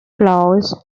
flows